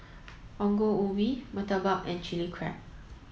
Ongol Ubi Murtabak and Chilli Crab